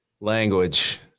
language